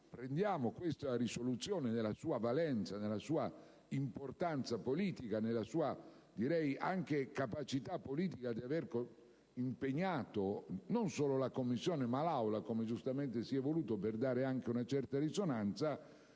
prendiamo questa risoluzione nella sua valenza, nella sua importanza politica, direi anche nella sua capacità politica di aver impegnato non solo la Commissione, ma l'Aula, come giustamente si è voluto, per dare anche una certa risonanza,